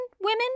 women